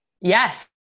Yes